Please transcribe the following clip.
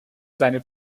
seine